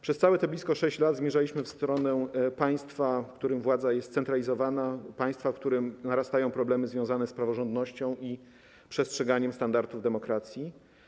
Przez blisko 6 lat zmierzaliśmy w stronę państwa, w którym władza jest scentralizowana, państwa, w którym narastają problemy związane z praworządnością i przestrzeganiem standardów demokracji.